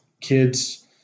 kids